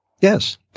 Yes